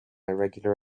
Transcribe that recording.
irregular